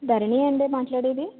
ధరణి అండా మాట్లాడేది